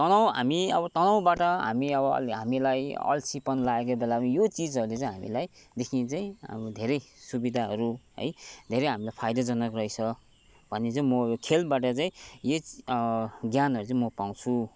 तनाव हामी अबो तनावबाट हामी अब हामीलाई अल्छीपन लागेको बेलामा यो चिजहरूले चाहिँ हामीलाईदेखि चाहिँ धेरै सुविधाहरू है धेरै हामीलाई फाइदाजनक रहेछ भनेर चाहिँ म खेलबाट चाहिँ यो ज्ञानहरू चाहिँ म पाउँछु